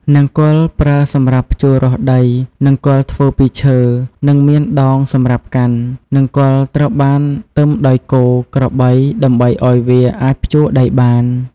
នង្គ័ល ប្រើសម្រាប់ភ្ជួររាស់ដី នង្គ័លធ្វើពីឈើ និងមានដងសម្រាប់កាន់។ នង្គ័លត្រូវបានទឹមដោយគោ ក្របី ដើម្បីឲ្យវាអាចភ្ជួរដីបាន។